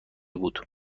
بود